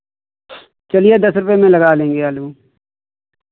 चलिए दस रुपए में लगा लेंगे आलू